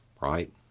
right